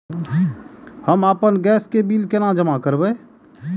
हम आपन गैस के बिल केना जमा करबे?